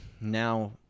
Now